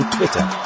Twitter